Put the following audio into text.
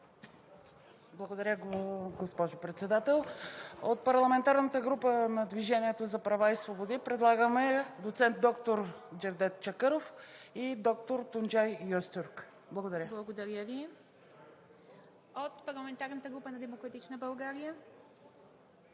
Благодаря, госпожо Председател. От парламентарната група на „Движението за права и свободи“ предлагаме доцент доктор Джевдет Чакъров и доктор Тунджай Йозтюрк. Благодаря. ПРЕДСЕДАТЕЛ ИВА МИТЕВА: Благодаря Ви. От парламентарната група на „Демократична България“?